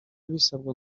bisabwa